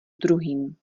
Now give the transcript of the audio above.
druhým